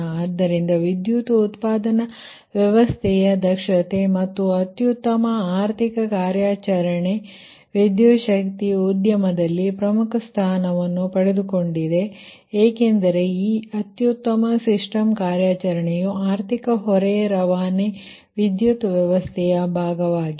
ಆದ್ದರಿಂದ ವಿದ್ಯುತ್ ಉತ್ಪಾದನಾ ವ್ಯವಸ್ಥೆಯ ದಕ್ಷತೆ ಮತ್ತು ಅತ್ಯುತ್ತಮ ಆರ್ಥಿಕ ಕಾರ್ಯಾಚರಣೆ ವಿದ್ಯುತ್ ಶಕ್ತಿ ಉದ್ಯಮದಲ್ಲಿ ಪ್ರಮುಖ ಸ್ಥಾನವನ್ನು ಪಡೆದುಕೊಂಡಿವೆ ಏಕೆಂದರೆ ಈ ಅತ್ಯುತ್ತಮ ಸಿಸ್ಟಮ್ ಕಾರ್ಯಾಚರಣೆಯು ಆರ್ಥಿಕ ಹೊರೆ ರವಾನೆ ವಿದ್ಯುತ್ ವ್ಯವಸ್ಥೆಯ ಭಾಗವಾಗಿದೆ